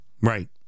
Right